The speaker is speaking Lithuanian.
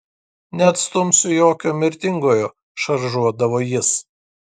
neatstumiu jokio mirtingojo šaržuodavo jis